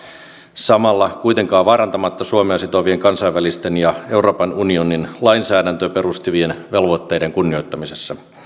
samalla kuitenkaan vaarantamatta suomea sitovien kansainvälisten ja euroopan unionin lainsäädäntöön perustuvien velvoitteiden kunnioittamista